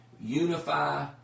unify